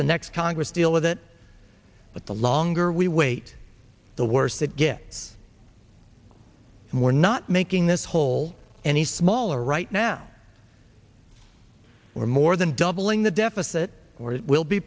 the next congress deal with it but the longer we wait the worse it gets and we're not making this whole any smaller right now or more than doubling the deficit or will be